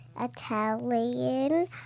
Italian